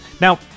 Now